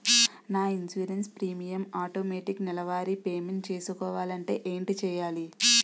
నా insurance premium automatic నెలవారి payment చేసుకోవాలంటే ఏంటి చేయాలి?